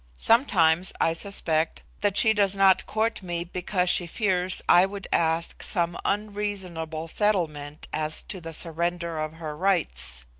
sometimes i suspect that she does not court me because she fears i would ask some unreasonable settlement as to the surrender of her rights.